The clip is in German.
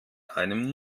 einem